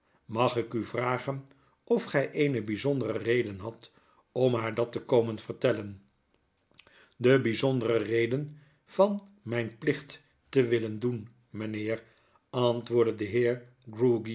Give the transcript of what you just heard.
mag ik u vragen of gy eene byzondere reden hadt om haar dat te komen vertellen de bijzondere reden vanmijnplichtte willen doen mynheer antwoordde de heer